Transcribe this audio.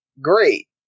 great